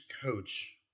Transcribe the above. coach